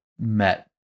met